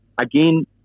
Again